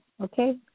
okay